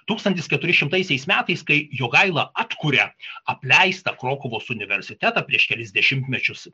tūkstantis keturišimtaisiais metais kai jogaila atkuria apleistą krokuvos universitetą prieš kelis dešimtmečius